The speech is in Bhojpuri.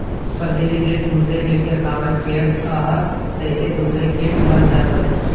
परजीवी किट दूसर किट के खाके जियत हअ जेसे दूसरा किट मर जात हवे